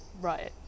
right